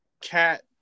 cat